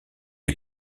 est